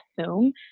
assume